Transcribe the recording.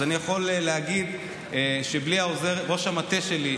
אז אני יכול להגיד שבלי ראש המטה שלי,